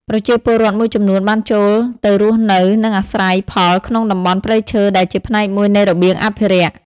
ប្រជាពលរដ្ឋមួយចំនួនបានចូលទៅរស់នៅ និងអាស្រ័យផលក្នុងតំបន់ព្រៃឈើដែលជាផ្នែកមួយនៃរបៀងអភិរក្ស។